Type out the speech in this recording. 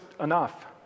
enough